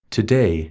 Today